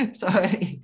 sorry